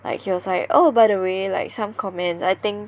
like was like oh by the way like some comments I think